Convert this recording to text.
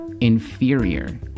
inferior